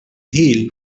hill